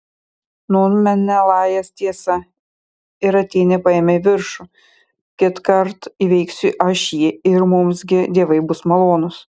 nūn menelajas tiesa ir atėnė paėmė viršų kitkart įveiksiu aš jį ir mums gi dievai bus malonūs